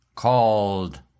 called